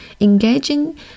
Engaging